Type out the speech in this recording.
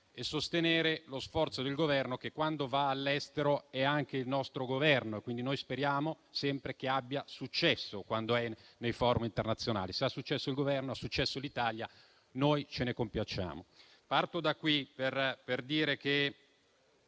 e sostenere lo sforzo del Governo che, quando va all'estero, è anche il nostro Governo, che quindi speriamo sempre abbia successo quando è nei *forum* internazionali. Se ha successo il Governo, ha successo l'Italia e noi ce ne compiacciamo. Parto da qui per dire che